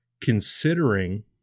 considering